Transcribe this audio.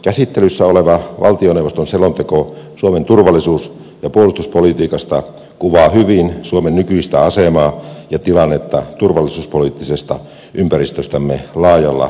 käsittelyssä oleva valtioneuvoston selonteko suomen turvallisuus ja puolustuspolitiikasta kuvaa hyvin suomen nykyistä asemaa ja tilannetta turvallisuuspoliittisesta ympäristöstämme laajalla tarkastelunäkökulmalla